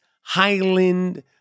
Highland